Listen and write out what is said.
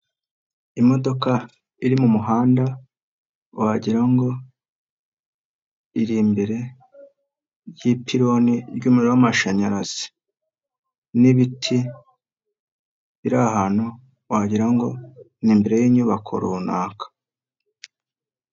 Imodoka iri mu muhanda wagira ngo irimbere ry'ipironi ry'umuriro w'amashanyarazi, n'ibiti biri ahantu wagira ngo ni imbere y'inyubako runaka.